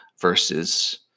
versus